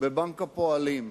בבנק הפועלים.